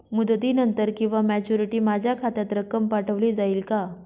मुदतीनंतर किंवा मॅच्युरिटी माझ्या खात्यात रक्कम पाठवली जाईल का?